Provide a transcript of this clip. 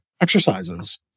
exercises